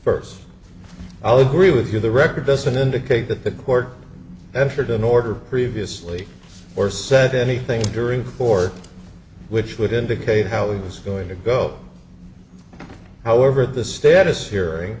first i'll agree with you the record doesn't indicate that the court entered an order previously or said anything during four which would indicate how it was going to go however the status hearing